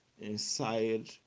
inside